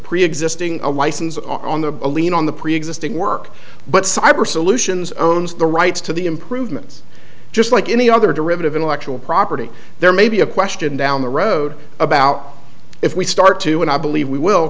preexisting a license on the lien on the preexisting work but cyber solutions owns the rights to the improvements just like any other derivative intellectual property there may be a question down the road about if we start to and i believe we will